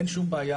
אין שום בעיה,